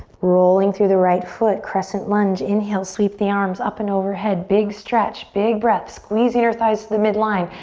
rolling through the right foot, crescent lunge, inhale, sweep the arms up and over head, big stretch, big breath, squeeze your inner thighs to the midline,